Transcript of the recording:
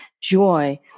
joy